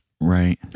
Right